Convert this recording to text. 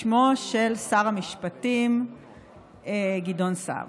בשמו של שר המשפטים גדעון סער.